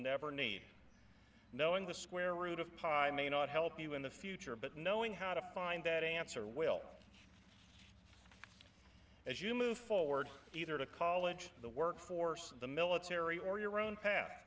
never need knowing the square root of pot may not help you in the future but knowing how to find that answer will as you move forward either to college the workforce the military or your own path